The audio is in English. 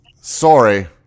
Sorry